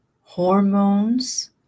hormones